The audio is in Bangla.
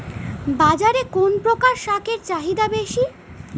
বাজারে কোন প্রকার শাকের চাহিদা বেশী?